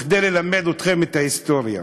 כדי ללמד אתכם את ההיסטוריה.